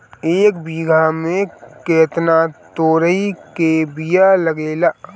एक बिगहा में केतना तोरी के बिया लागेला?